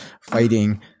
fighting